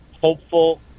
hopeful